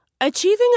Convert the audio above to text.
Achieving